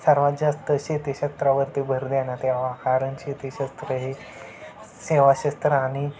सर्वात जास्त शेती क्षेत्रावरती भर देण्यात यावा कारण शेती क्षेत्र हे सेवा क्षेत्र आणि